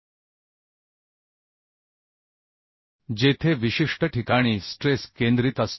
असे म्हणा की स्ट्रेस चे कॉन्सनट्रेशन हे मुळात स्ट्रेसची स्थानिक स्थिती आहे जेथे विशिष्ट ठिकाणी स्ट्रेस केंद्रित असतो